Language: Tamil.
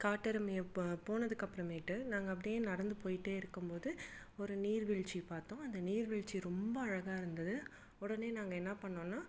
காட்டெருமையை ப போனதுக்கு அப்புறமேட்டு நாங்கள் அப்படியே நடந்து போயிகிட்டே இருக்கும்போது ஒரு நீர் வீழ்ச்சி பார்த்தோம் அந்த நீர் வீழ்ச்சி ரொம்ப அழகாக இருந்தது உடனே நாங்கள் என்ன பண்ணோன்னா